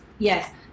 Yes